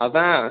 அதுதான்